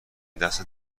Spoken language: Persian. دستت